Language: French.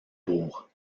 bourg